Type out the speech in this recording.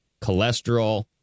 cholesterol